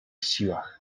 siłach